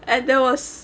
and that was